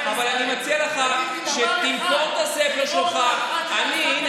אני מבטיח לך שאת הספר שלך אני אקנה.